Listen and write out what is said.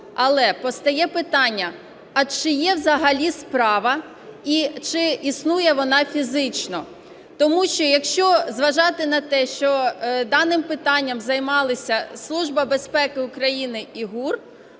Але постає питання: а чи є взагалі справа і чи існує вона фізично? Тому що, якщо зважати на те, що даним питанням займалися Служба безпеки України і ГУР,